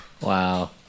Wow